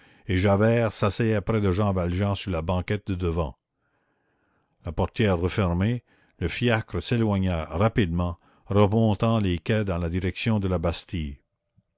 et javert s'asseyait près de jean valjean sur la banquette de devant la portière refermée le fiacre s'éloigna rapidement remontant les quais dans la direction de la bastille